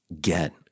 get